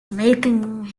making